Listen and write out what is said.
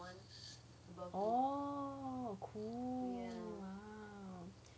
oh cool